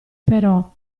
però